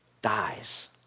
dies